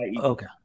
okay